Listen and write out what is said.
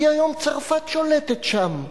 כי היום צרפת שולטת שם.